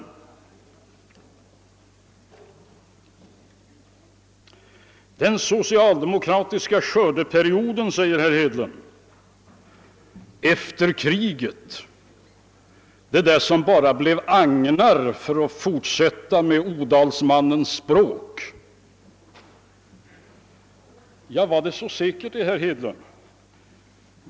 Herr Hedlund talade om »den socialdemokratiska skördeperioden« = efter kriget, som till resultat bara »gav agnar», för att fortsätta med odalmannens språk. Ja, är det så säkert det, herr Hedlund?